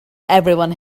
everyone